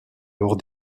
lors